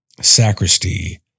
sacristy